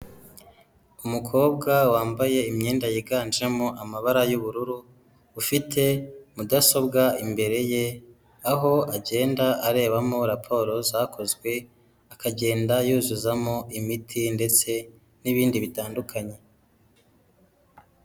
Umukobwa wambaye imyenda yiganjemo amabara y'ubururu ufite mudasobwa imbere ye aho agenda arebamo raporo zakozwe akagenda yuzuzamo imiti ndetse n'ibindi bitandukanye.